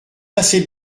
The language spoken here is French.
assez